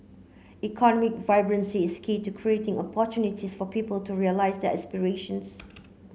economic vibrancy is key to creating opportunities for people to realise their aspirations